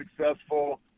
successful